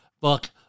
book